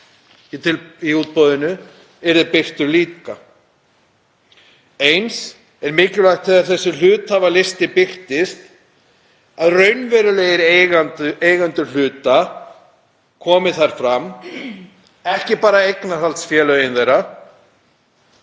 í útboðinu verði birtur líka. Eins er mikilvægt þegar þessi hluthafalisti birtist að raunverulegir eigendur hluta komi fram, ekki bara eignarhaldsfélögin þeirra,